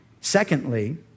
Secondly